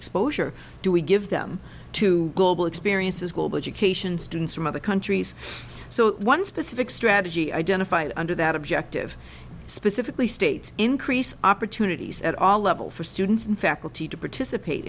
exposure do we give them to global experiences global education students from other countries so one specific strategy identified under that objective specifically states increase opportunities at all levels for students and faculty to participate